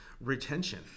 retention